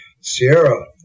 Sierra